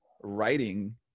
writing